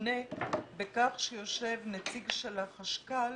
מובנה בכך שיושב נציג של החשכ"ל